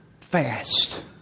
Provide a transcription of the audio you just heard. fast